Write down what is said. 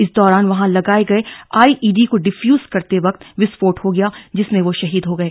इस दौरान वहां लगाए गए आइईडी को डिफ्यूज करते वक्त विस्फोट हो गया जिसमें वो शहीद हो गए